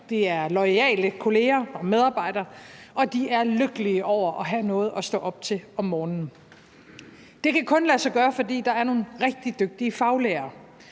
De er loyale kolleger og medarbejdere, og de er lykkelige over at have noget at stå op til om morgenen. Det kan kun lade sig gøre, fordi der er nogle rigtig dygtige faglærere,